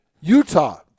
Utah